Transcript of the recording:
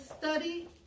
study